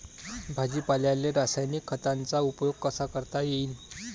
भाजीपाल्याले रासायनिक खतांचा उपयोग कसा करता येईन?